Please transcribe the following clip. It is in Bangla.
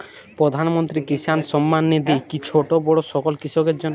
প্রধানমন্ত্রী কিষান সম্মান নিধি কি ছোটো বড়ো সকল কৃষকের জন্য?